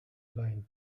line